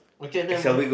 we can nevermind